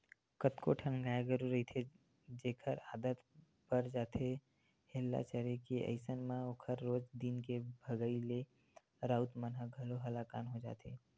कतको ठन गाय गरु रहिथे जेखर आदत पर जाथे हेल्ला चरे के अइसन म ओखर रोज दिन के भगई ले राउत मन ह घलोक हलाकान हो जाथे